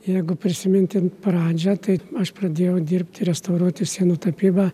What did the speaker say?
jeigu prisimintumėm pradžią tai aš pradėjau dirbti restauruoti sienų tapybą